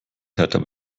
täter